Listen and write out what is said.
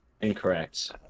Incorrect